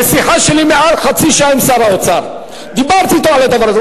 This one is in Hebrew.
בשיחה שלי יותר מחצי שעה עם שר האוצר דיברתי אתו על הדבר הזה.